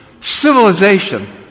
Civilization